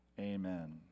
Amen